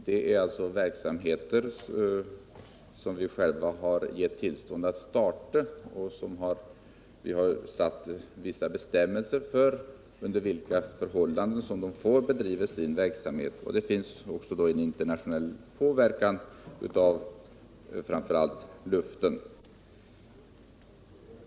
Det är fråga om sådan verksamhet som vi har gett tillstånd till, och vi har satt upp vissa bestämmelser för under vilka förhållanden den får bedrivas. Detta med luftföroreningar har ju också en internationell aspekt.